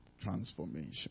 transformation